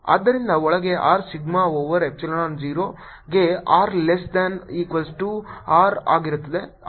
Vr14π04πR2rR20rr≥R ಆದ್ದರಿಂದ ಒಳಗೆ R sigma over Epsilon 0 ಗೆ r less than equals to R ಆಗುತ್ತದೆ